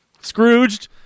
Scrooged